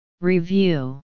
review